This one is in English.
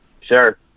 Sure